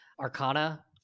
arcana